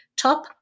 top